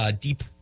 deep